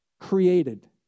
created